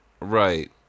Right